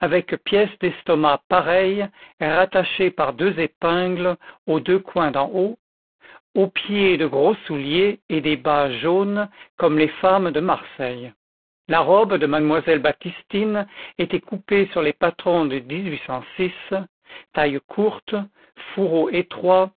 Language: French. pièce d'estomac pareille rattachée par deux épingles aux deux coins d'en haut aux pieds de gros souliers et des bas jaunes comme les femmes de marseille la robe de mademoiselle baptistine était coupée sur les patrons de taille courte fourreau étroit